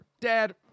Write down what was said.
Dad